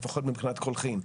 לפחות מבחינת קולחים.